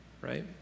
right